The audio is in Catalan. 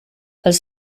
els